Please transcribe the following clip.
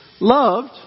loved